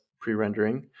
pre-rendering